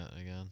again